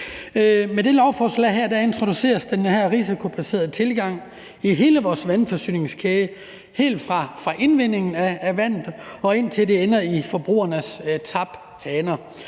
Med det her lovforslag introduceres den risikobaserede tilgang i hele vores vandforsyningskæde, helt fra indvindingen af vandet, og indtil det ender i forbrugernes taphaner.